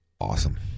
awesome